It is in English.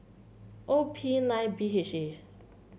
O P nine B H A